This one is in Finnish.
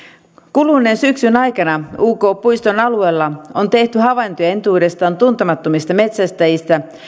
kuluneen syksyn aikana uk puiston alueella on tehty havaintoja entuudestaan tuntemattomista metsästäjistä